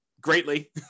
greatly